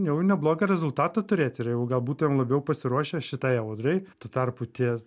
jau neblogą rezultatą turėti ir jau galbūt jau labiau pasiruošę šitai audrai tuo tarpu tie